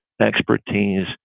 expertise